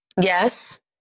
Yes